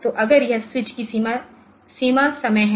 तो अगर यह स्विच की सीमा समय है